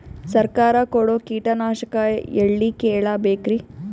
ಸರಕಾರ ಕೊಡೋ ಕೀಟನಾಶಕ ಎಳ್ಳಿ ಕೇಳ ಬೇಕರಿ?